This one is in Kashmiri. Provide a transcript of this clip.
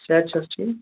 صحت چھا حظ ٹھیٖک